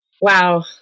Wow